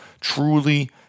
truly